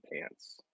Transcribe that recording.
pants